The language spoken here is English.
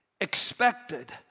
expected